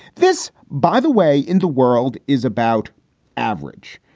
this, by the way, in the world is about average.